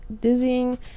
dizzying